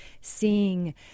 seeing